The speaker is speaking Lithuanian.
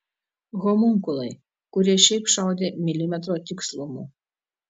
homunkulai kurie šiaip šaudė milimetro tikslumu